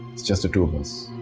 its just the two of us.